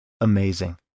amazing